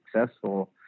successful